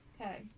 Okay